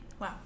Wow